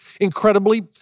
incredibly